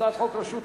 אתה רוצה שאני אציג?